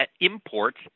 imports